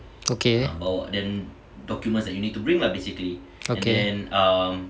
okay okay